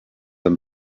and